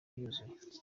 yuzuye